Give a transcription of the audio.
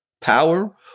power